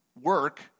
work